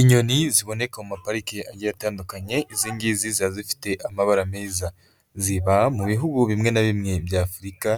Inyoni ziboneka mu mapariki agiye atandukanye, iz ngizi zizaba zifite amabara meza, ziba mu bihugu bimwe na bimwe by'Afurika,